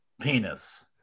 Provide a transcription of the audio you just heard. penis